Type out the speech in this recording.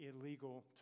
illegal